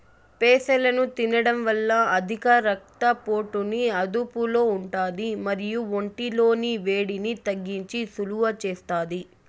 పెసలను తినడం వల్ల అధిక రక్త పోటుని అదుపులో ఉంటాది మరియు ఒంటి లోని వేడిని తగ్గించి సలువ చేస్తాది